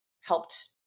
helped